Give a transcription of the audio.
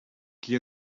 qui